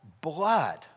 blood